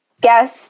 guess